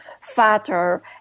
fatter